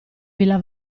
villa